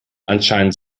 anscheinend